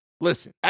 Listen